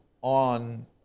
on